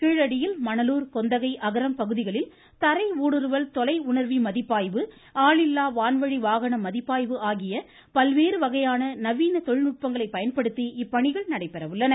கீழடியில் மணலூர் கொந்தகை அகரம் பகுதிகளில் தரை ஊடுருவல் தொலை உணர்வி மதிப்பாய்வு ஆளில்லா வான்வழி வாகன மதிப்பாய்வு ஆகிய பல்வேறு வகையான நவீன தொழில்நுட்பங்களை பயன்படுத்தி இப்பணிகள் நடைபெற உள்ளன